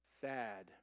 Sad